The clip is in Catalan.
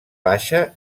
baixa